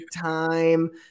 time